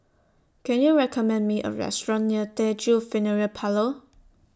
Can YOU recommend Me A Restaurant near Teochew Funeral Parlour